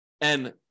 and-